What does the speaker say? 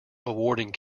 awarding